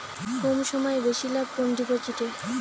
কম সময়ে বেশি লাভ কোন ডিপোজিটে?